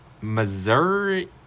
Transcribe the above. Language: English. Missouri